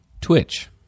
Twitch